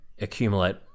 accumulate